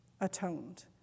atoned